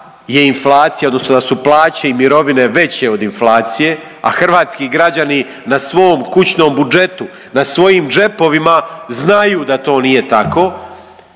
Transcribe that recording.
je inflacija odnosno da su plaće i mirovine veće od inflacije, a hrvatski građani na svom kućnom budžetu, na svojim džepovima znaju da to nije tako